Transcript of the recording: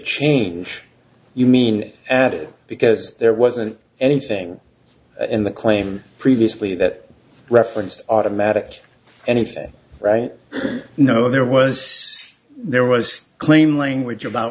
change you mean added because there wasn't anything in the claim previously that referenced automatic anything right no there was there was claim language about